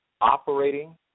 operating